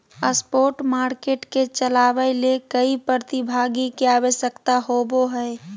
spot market के चलावय ले कई प्रतिभागी के आवश्यकता होबो हइ